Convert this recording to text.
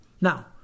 Now